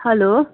hello